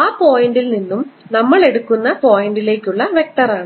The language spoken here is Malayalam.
ആ പോയിൻറ്ൽ നിന്നും നമ്മൾ എടുക്കുന്ന പോയിൻറ്ലേക്കുള്ള വെക്ടറാണ്